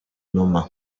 numa